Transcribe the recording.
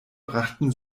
brachten